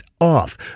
off